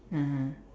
(uh huh)